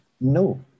no